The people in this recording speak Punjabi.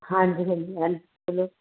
ਹਾਂਜੀ ਮਿਲਜੂ ਹਾਂਜੀ ਬੋਲੋ